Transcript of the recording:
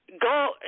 go